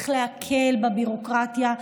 צריך להקל את הביורוקרטיה.